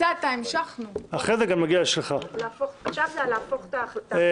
המשמעות היא שזה לא נכנס גם